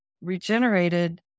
regenerated